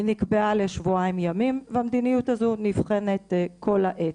נקבעו לשבועיים ימים, והמדיניות הזו נבחנת כל העת.